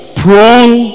prone